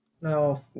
No